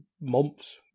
months